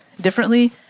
differently